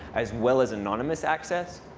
as well as anonymous access.